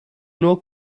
nur